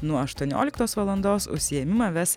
nuo aštuonioliktos valandos užsiėmimą ves